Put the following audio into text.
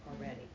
already